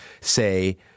say